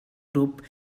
grup